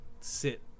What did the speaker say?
sit